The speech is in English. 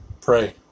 Pray